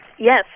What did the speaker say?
Yes